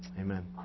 Amen